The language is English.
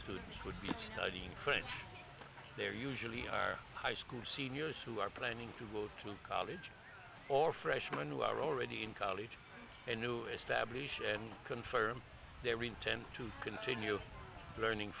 students would be studying french there usually are high school seniors who are planning to go to college or freshman who are already in college and new establish and confirm their intent to continue learning